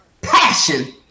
Passion